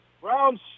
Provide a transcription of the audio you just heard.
Browns